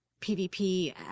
PvP